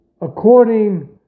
according